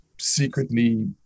secretly